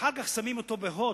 אחר כך פעם שמים אותו ב"הוט",